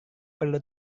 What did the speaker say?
perlu